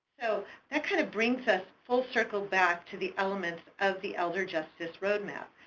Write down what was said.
so that kind of brings us full circle back to the element of the elder justice roadmap.